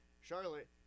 Charlotte